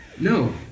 No